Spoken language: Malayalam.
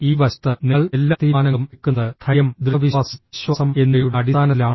ഈ വശത്ത് നിങ്ങൾ എല്ലാ തീരുമാനങ്ങളും എടുക്കുന്നത് ധൈര്യം ദൃഢവിശ്വാസം വിശ്വാസം എന്നിവയുടെ അടിസ്ഥാനത്തിലാണ്